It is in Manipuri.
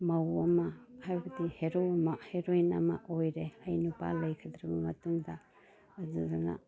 ꯃꯧ ꯑꯃ ꯍꯥꯏꯕꯗꯤ ꯍꯦꯔꯣꯏꯟ ꯑꯃ ꯑꯣꯏꯔꯦ ꯑꯩ ꯅꯨꯄꯥ ꯂꯩꯈꯤꯗ꯭ꯔꯕ ꯃꯇꯨꯡꯗ ꯑꯗꯨꯗꯨꯅ